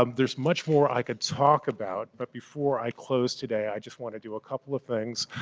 um there's much more i could talk about but before i close today i just want to do a couple of things.